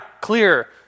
Clear